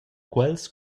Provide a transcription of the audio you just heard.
quels